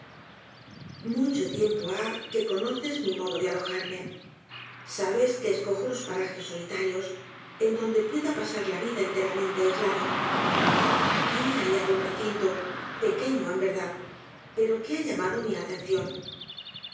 mucho tiempo ha que conoces mi modo de alojarme sabes que escojo los parajes solitarios en donde pueda pasar la vida enteramente aislado aquí he hallado un recinto pequeño en verdad pero que ha llamado mi atención